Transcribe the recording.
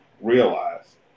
realize